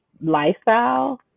lifestyle